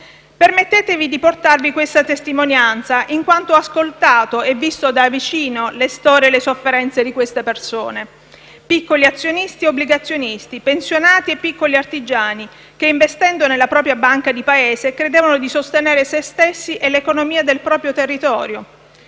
Permettetemi di portarmi questa testimonianza, in quanto ho ascoltato e visto da vicino le storie e le sofferenze di queste persone; piccoli azionisti e obbligazionisti, pensionati e piccoli artigiani che, investendo nella propria banca di paese, credevano di sostenere se stessi e l'economia del proprio territorio,